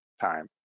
time